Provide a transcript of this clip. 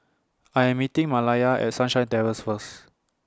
I Am meeting Malaya At Sunshine Terrace First